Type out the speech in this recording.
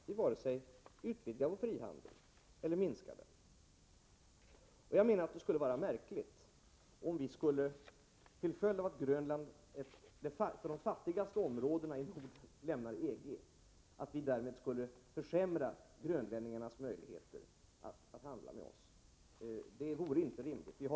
Vi varken utvidgar eller minskar vår frihandel. Det vore märkligt om vi till följd av att Grönland, ett av de fattigaste områdena i Norden, lämnar EG därmed skulle försämra grönlän 19 skydda den svenska fiskerinäringen ningarnas möjligheter att handla med oss. Det vore inte rimligt.